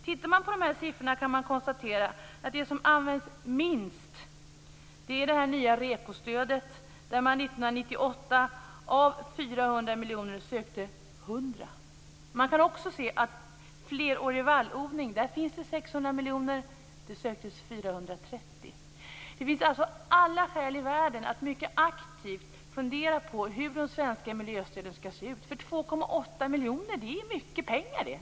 Tittar man på siffrorna kan man konstatera att det som används minst är det nya RE miljoner. Man kan också se att för flerårig vallodling finns det 600 miljoner, men det söktes 430 miljoner. Det finns alltså alla skäl i världen att mycket aktivt fundera på hur de svenska miljöstöden skall se ut, för 2,8 miljarder är mycket pengar.